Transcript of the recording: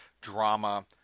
drama